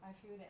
I feel that